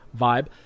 vibe